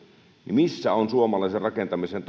missä on suomalaisen rakentamisen